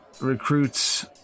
recruits